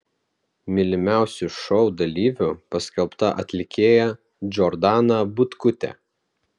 mylimiausiu šou dalyviu paskelbta atlikėja džordana butkutė